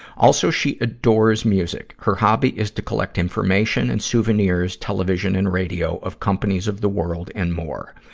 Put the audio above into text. also, she adores music. her hobby is to collect information and souvenirs, television, and radio of companies of the world and more.